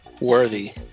worthy